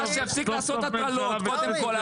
שיפסיק לעשות הטרלות, קודם כול.